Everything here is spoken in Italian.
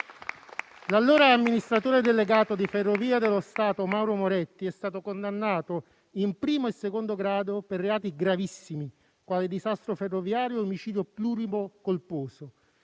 L'allora amministratore delegato di Ferrovie dello Stato Mauro Moretti è stato condannato in primo e in secondo grado per reati gravissimi quali disastro ferroviario e omicidio plurimo colposo.